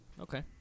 Okay